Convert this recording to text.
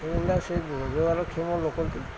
ସେ ରୋଜଗାରକ୍ଷମ ଲୋକଟି